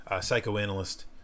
psychoanalyst